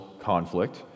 conflict